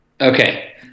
Okay